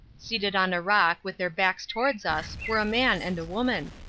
seated on a rock with their backs towards us were a man and a woman.